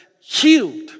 Healed